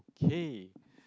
okay